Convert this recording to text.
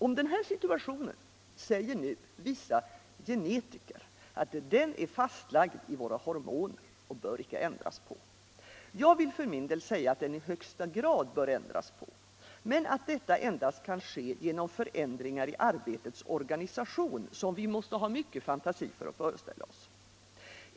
Om denna situation säger vissa genetiker att den är fastlagd i våra hormoner och inte bör ändras. Jag vill för min del säga att den i högsta grad bör ändras men att detta endast kan ske genom förändringar i arbetets organisation som vi måste ha mycket fantasi för att föreställa oss.